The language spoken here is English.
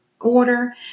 order